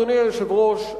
אדוני היושב-ראש,